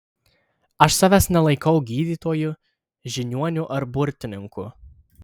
aš savęs nelaikau gydytoju žiniuoniu ar burtininku